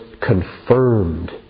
confirmed